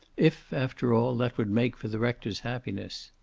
if, after all, that would make for the rector's happiness